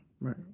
right